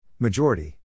Majority